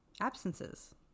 absences